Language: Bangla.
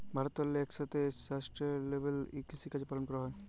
ভারতেল্লে ইকসাথে সাস্টেলেবেল কিসিকাজ পালল ক্যরা হ্যয়